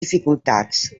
dificultats